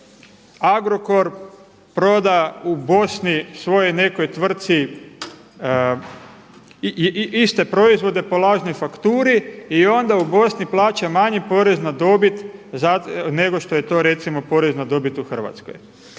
Agrokor proda u Bosni svojoj nekoj tvrtci iste proizvode po lažnoj fakturi i onda u Bosni plaća manji porez na dobit nego što je to recimo porez na dobit u Hrvatskoj.